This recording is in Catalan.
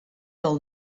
del